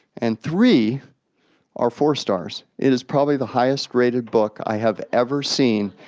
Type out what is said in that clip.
and three are four stars. it is probably the highest rated book i have ever seen,